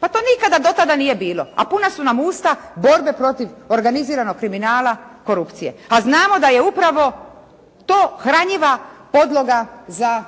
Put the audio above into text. Pa to nikada do tada nije bilo, a puna su nam usta borbe protiv organiziranog kriminala, korupcije. A znamo da je upravo to hranjiva podloga za